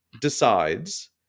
decides